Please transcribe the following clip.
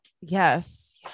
Yes